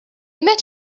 met